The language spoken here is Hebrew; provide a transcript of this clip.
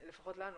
לפחות לנו,